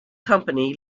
company